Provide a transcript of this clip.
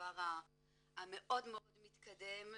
הדבר המאוד מאוד מתקדם,